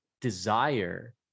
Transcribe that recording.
desire